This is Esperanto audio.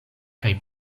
kaj